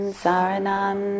saranam